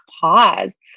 pause